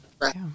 Right